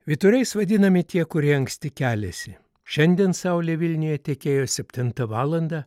vyturiais vadinami tie kurie anksti keliasi šiandien saulė vilniuje tekėjo septintą valandą